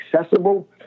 accessible